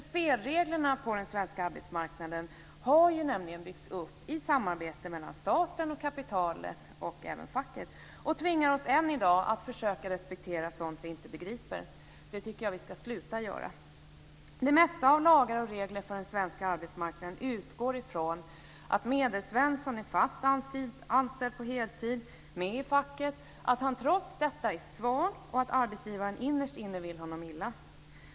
Spelreglerna på den svenska arbetsmarknaden har nämligen byggts upp i samarbete mellan staten, kapitalet och även facket, och tvingar oss än i dag att försöka respektera sånt vi inte begriper. Det tycker jag att vi ska sluta göra. Det mesta av lagar och regler för den svenska arbetsmarknaden utgår ifrån att Medelsvensson är fast anställd på heltid och med i facket, att han trots detta är svag och att arbetsgivaren innerst inne vill honom illa.